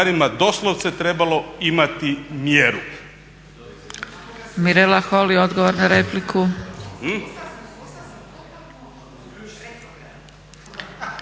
doslovce trebalo imati mjeru.